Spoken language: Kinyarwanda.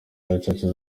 gacaca